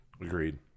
Agreed